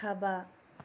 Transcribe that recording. ꯊꯥꯕ